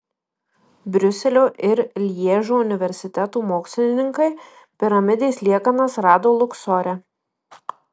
briuselio ir lježo universitetų mokslininkai piramidės liekanas rado luksore